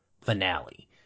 finale